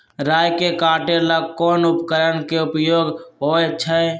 राई के काटे ला कोंन उपकरण के उपयोग होइ छई?